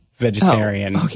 vegetarian